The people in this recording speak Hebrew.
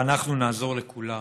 ואנחנו נעזור לכולם.